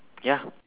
ya